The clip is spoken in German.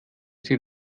sie